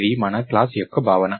అది మన క్లాస్ యొక్క భావన